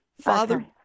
Father